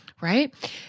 Right